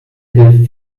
hilft